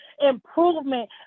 improvement